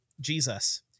Jesus